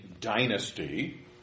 dynasty